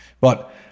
but-